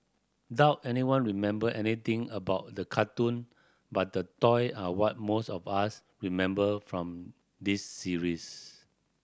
doubt anyone remember anything about the cartoon but the toy are what most of us remember from this series